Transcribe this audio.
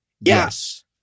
Yes